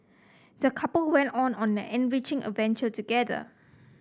the couple went on an enriching adventure together